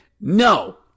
No